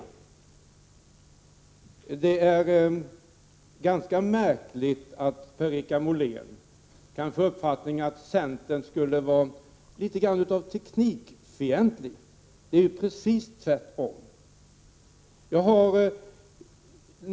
Det är ganska märkligt att Per-Richard Molén har fått uppfattningen att centern skulle vara teknikfientlig. Det är precis tvärtom.